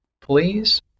Please